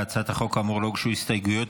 להצעת החוק, כאמור, לא הוגשו הסתייגויות.